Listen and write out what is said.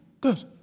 Good